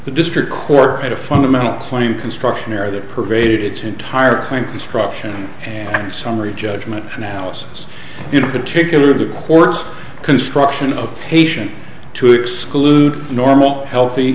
the district court had a fundamental claim construction area that pervaded its entire kind construction and summary judgment analysis in particular the courts construction of patient to exclude normal healthy